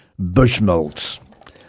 Bushmills